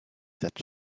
that